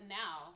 now